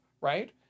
right